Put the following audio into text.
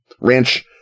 Ranch